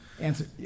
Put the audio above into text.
answer